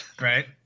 Right